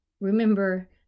remember